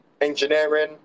engineering